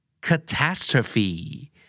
Catastrophe